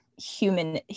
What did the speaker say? human